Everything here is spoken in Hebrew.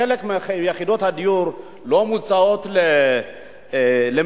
חלק מיחידות הדיור לא מוצעות למכרז,